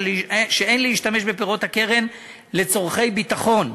שאין להשתמש בפירות הקרן לצורכי ביטחון,